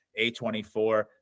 A24